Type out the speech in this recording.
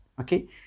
Okay